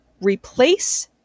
replace